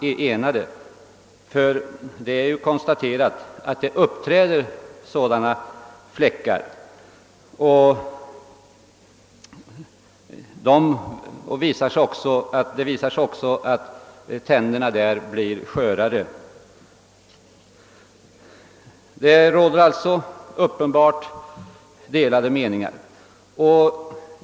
Det har nämligen kunnat konstateras att sådana fläckar på tänderna uppträder, och det visar sig också att dessa tänder blir skörare än tänder som inte utsatts för sådan inverkan. Det råder således uppenbart delade meningar.